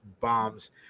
bombs